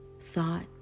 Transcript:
thought